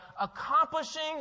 accomplishing